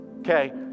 Okay